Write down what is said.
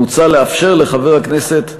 מוצע לאפשר לחבר הכנסת,